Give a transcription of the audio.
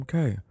Okay